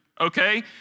okay